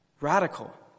Radical